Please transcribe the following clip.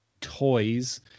toys